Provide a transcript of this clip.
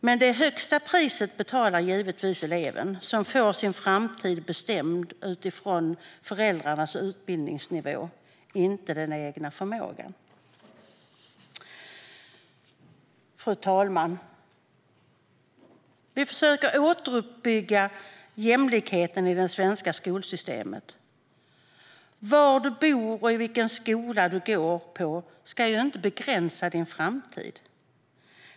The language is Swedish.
Men det högsta priset betalar givetvis eleven, som får sin framtid bestämd utifrån föräldrarnas utbildningsnivå, inte den egna förmågan. Fru talman! Vi försöker återuppbygga jämlikheten i det svenska skolsystemet. Var man bor och vilken skola man går på ska inte begränsa ens framtid.